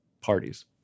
parties